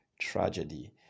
tragedy